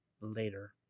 later